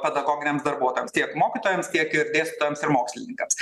pedagoginiams darbuotojams tiek mokytojams tiek ir dėstytojams ir mokslininkams